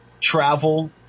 travel